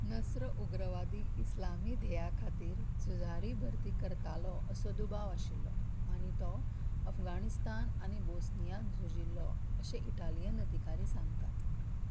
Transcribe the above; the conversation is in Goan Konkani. नस्र उग्रवादी इस्लामी धेया खातीर झुजारी भरती करतालो असो दुबाव आशिल्लो आनी तो अफगाणिस्तान आनी बोस्नियात झुजिल्लो अशें इटालियन अदिकारी सांगतात